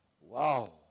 Wow